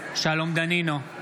בעד שלום דנינו,